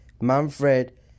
Manfred